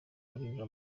rulindo